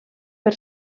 per